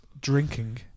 drinking